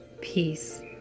peace